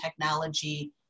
technology